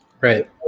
right